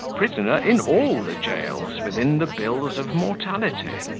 prisoner in all the jails within the bills of mortality.